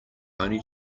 only